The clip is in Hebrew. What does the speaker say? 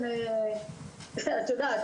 את יודעת,